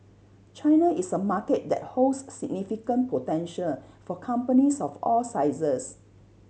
China is a market that holds significant potential for companies of all sizes